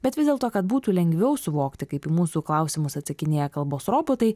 bet vis dėlto kad būtų lengviau suvokti kaip į mūsų klausimus atsakinėja kalbos robotai